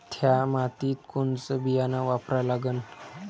थ्या मातीत कोनचं बियानं वापरा लागन?